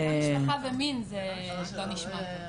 כי גם 'משפחה ומין' זה לא נשמע טוב.